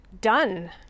done